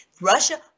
Russia